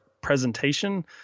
presentation